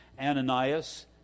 Ananias